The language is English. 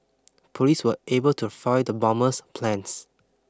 police were able to foil the bomber's plans